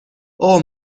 اوه